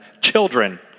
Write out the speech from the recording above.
children